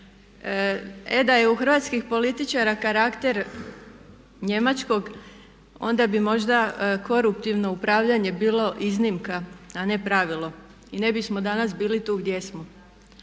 E da je u hrvatskih političara karakter njemačkog, onda bi možda koruptivno upravljanje bilo iznimka, a ne pravilo i ne bismo danas bili tu gdje jesmo.